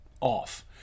off